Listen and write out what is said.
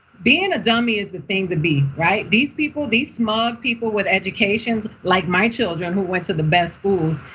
being a dummy is the thing to be, right. these people, these smug people with educations, like my children who went to the best schools,